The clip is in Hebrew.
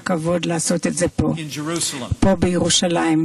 היושב-ראש אדלשטיין,